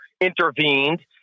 intervened